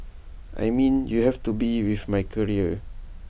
I mean you have to be with my career